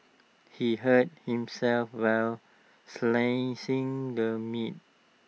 he hurt himself while slicing the meat